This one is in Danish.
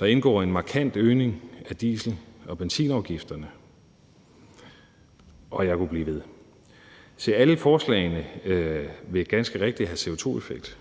Der indgår en markant øgning af diesel- og benzinafgifterne – og jeg kunne blive ved. Se, alle forslagene ville ganske rigtigt have CO2-effekt,